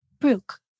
Brooke